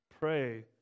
pray